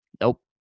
nope